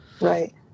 Right